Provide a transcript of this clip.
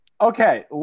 Okay